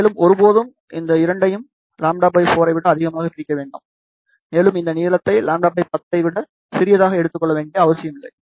மேலும் ஒருபோதும் இந்த 2 யும் λ 4 ஐ விட அதிகமாக பிரிக்க வேண்டாம் மேலும் இந்த நீளத்தை λ10 ஐ விட சிறியதாக எடுத்துக்கொள்ள வேண்டிய அவசியமில்லை